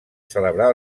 celebrar